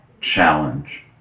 challenge